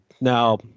Now